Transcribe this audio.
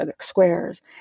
squares